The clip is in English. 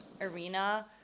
arena